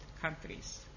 countries